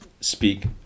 speak